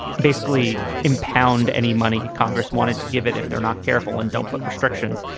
basically impound any money if congress wanted to give it, if they're not careful and don't put restrictions.